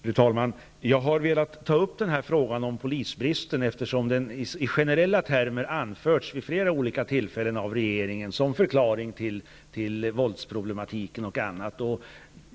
Fru talman! Jag har velat ta upp polisbristen därför att den i generella termer vid flera olika tillfällen av regeringen anförts som förklaring till bl.a. våldsproblematiken.